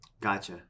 Gotcha